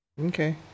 Okay